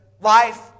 Life